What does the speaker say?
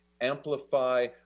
amplify